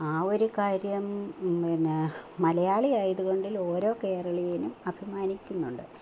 ആ ഒരു കാര്യം പിന്നെ മലയാളി ആയതുകൊണ്ട് ഓരോ കേരളീയനും അഭിമാനിക്കുന്നുണ്ട്